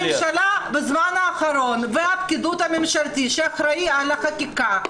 הממשלה בזמן האחרון והפקידות הממשלתית שאחראית על החקיקה,